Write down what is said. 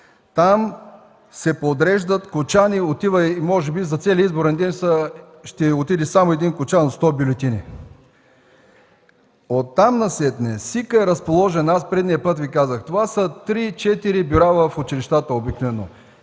Там се подреждат кочани. Може би за целия изборен ден ще отиде само един кочан – 100 бюлетини. Оттам насетне СИК-ът е разположен, аз предния път Ви казах – това са 3-4 бюра в училищата обикновено.